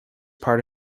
part